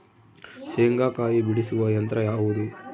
ಶೇಂಗಾಕಾಯಿ ಬಿಡಿಸುವ ಯಂತ್ರ ಯಾವುದು?